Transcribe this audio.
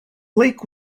lake